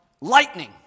lightning